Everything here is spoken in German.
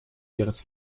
ihres